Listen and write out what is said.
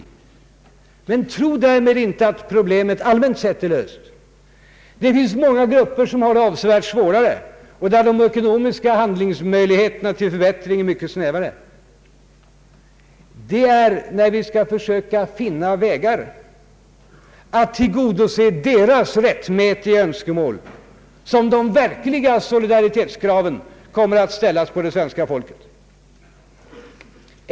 Men tro inte att problemet därmed allmänt sett är löst. Det finns många grupper som har det avsevärt svårare och där de ekonomiska handlingsmöjligheterna till förbättringar är mycket snävare. Det är när vi skall söka finna vägar att tillgodose deras rättmätiga önskemål som de verkliga solidaritets kraven kommer att ställas på det svenska folket.